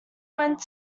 went